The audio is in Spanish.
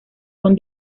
con